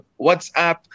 WhatsApp